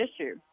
issue